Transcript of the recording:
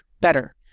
better